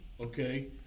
Okay